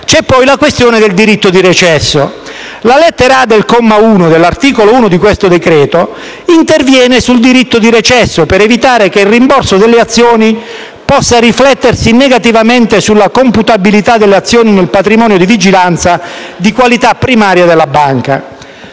è poi la questione del diritto di recesso. La lettera *a)* del comma 1 dell'articolo 1 di questo decreto-legge interviene sul diritto di recesso, per evitare che il rimborso delle azioni possa riflettersi negativamente sulla computabilità delle azioni nel patrimonio di vigilanza di qualità primarie della banca.